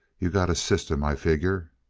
you got a system, i figure.